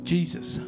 Jesus